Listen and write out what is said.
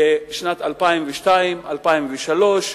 ב-2002 2003,